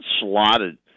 slotted